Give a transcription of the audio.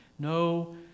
No